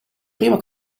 primo